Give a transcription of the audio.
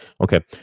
Okay